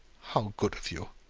how good of you.